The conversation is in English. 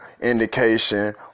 indication